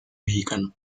mexicano